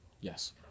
Yes